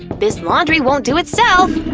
this laundry won't do itself!